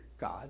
god